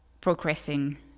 progressing